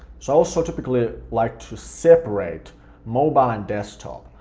so i also typically like to separate mobile and desktop.